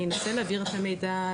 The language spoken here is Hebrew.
אני אנסה להעביר את המידע,